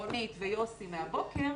רונית ויוסי מהבוקר